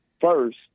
first